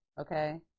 okay